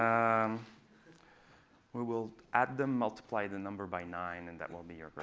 um we will add them, multiply the number by nine, and that will be ah grade.